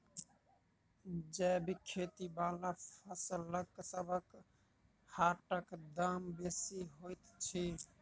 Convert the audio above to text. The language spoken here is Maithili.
जैबिक खेती बला फसलसबक हाटक दाम बेसी होइत छी